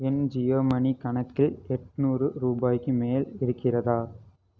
என் Jio money கணக்கில் எட்நூறு ரூபாய்க்கு மேல் இருக்கிறதா